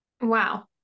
Wow